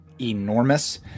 enormous